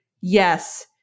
yes